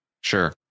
sure